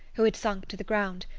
who had sunk to the ground,